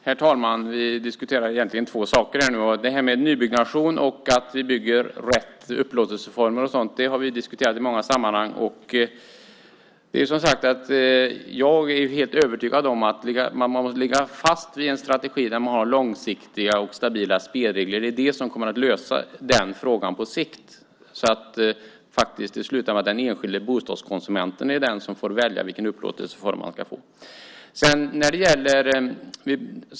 Herr talman! Vi diskuterar egentligen två saker nu. Nybyggnation och att ha rätt upplåtelseformer har vi diskuterat i många sammanhang, och jag är som sagt var helt övertygad om att man måste hålla fast vid en strategi med långsiktiga och stabila spelregler. Det kommer att lösa frågan på sikt så att det till slut blir den enskilda bostadskonsumenten som får välja upplåtelseform.